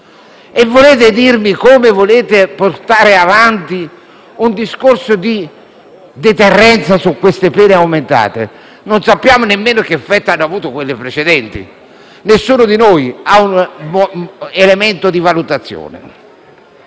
Volete dirmi come volete portare avanti un discorso di deterrenza su queste pene aumentate, se non sappiamo nemmeno che effetto hanno avuto quelle precedenti? Nessuno di noi ha infatti un elemento di valutazione.